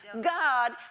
God